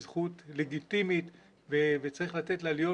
היא זכות לגיטימית וצריך לתת לה להיות,